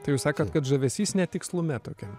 tai jūs sakot kad žavesys netikslume tokiam